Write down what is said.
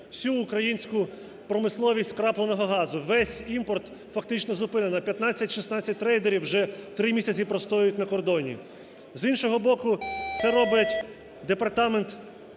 всю українську промисловість скрапленого газу, весь імпорт фактично зупинено. 15-16 трейдерів уже три місяці простоюють на кордоні. З іншого боку це робить Департамент